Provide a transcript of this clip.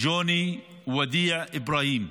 ג'וני וודיע אבראהים,